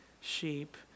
sheep